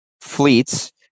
fleets